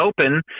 open